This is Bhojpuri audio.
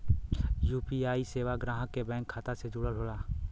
यू.पी.आई सेवा ग्राहक के बैंक खाता से जुड़ल होला